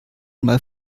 mal